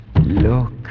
Look